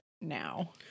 now